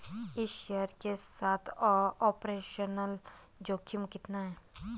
इस शेयर के साथ ऑपरेशनल जोखिम कितना है?